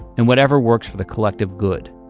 and whatever works for the collective good.